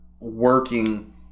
working